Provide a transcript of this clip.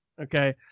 okay